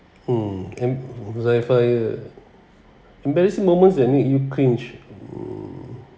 mm huzaifal here embarrassing moments that make you cringe